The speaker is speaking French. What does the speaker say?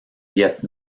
viêt